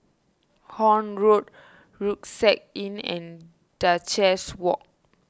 Horne Road Rucksack Inn and Duchess Walk